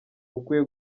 mukwiye